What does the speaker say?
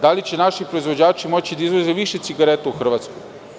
Da li će naši proizvođači moći da izvoze više cigareta u Hrvatsku?